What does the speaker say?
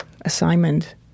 assignment